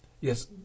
Yes